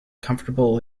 comfortable